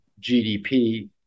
GDP